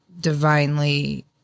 divinely